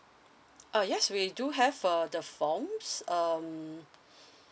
uh yes we do have uh the forms um